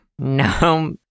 No